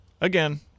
again